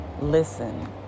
Listen